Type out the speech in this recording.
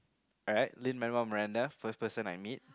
alright Lin-Manuel-Marinda first person I meet